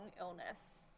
illness